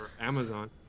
Amazon